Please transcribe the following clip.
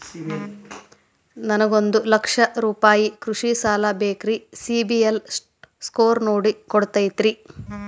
ನನಗೊಂದ ಲಕ್ಷ ರೂಪಾಯಿ ಕೃಷಿ ಸಾಲ ಬೇಕ್ರಿ ಸಿಬಿಲ್ ಸ್ಕೋರ್ ನೋಡಿ ಕೊಡ್ತೇರಿ?